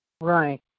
Right